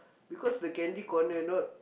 because the candy corner not